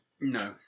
No